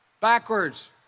backwards